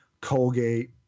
Colgate